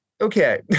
okay